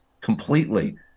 completely